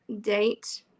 date